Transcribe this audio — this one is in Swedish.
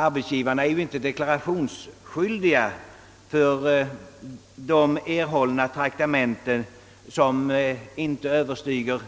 Arbetsgivarna är nämligen inte deklarationsskyldiga för de traktamenten som inte överstiger